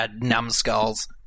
numbskulls